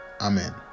amen